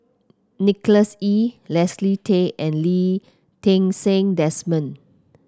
Nicholas Ee Leslie Tay and Lee Ti Seng Desmond